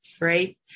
right